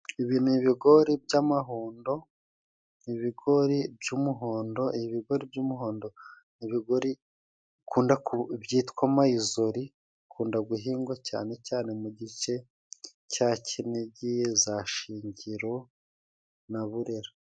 ibi ni bigori by'amahundo, ibigori by'umuhondo. Ibi bigori by'umuhondo, ni ibigori bikunda byitwa mayizori bikunda guhingwa cyane cyane mu gice cya Kinigi, za Shingiro na Burera.